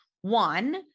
one